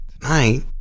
tonight